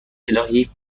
االهی